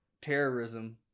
Terrorism